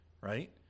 right